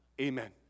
Amen